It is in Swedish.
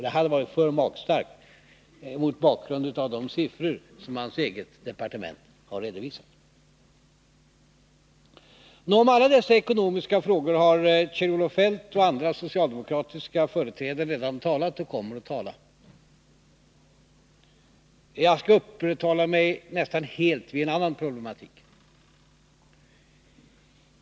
Det hade varit för magstarkt mot bakgrund av de siffror som hans eget departement har redovisat. Om dessa ekonomiska frågor har Kjell-Olof Feldt och andra socialidemokratiska företrädare talat eller kommer att göra det. Jag skall uppehålla mig nästan helt vid en annan problematik.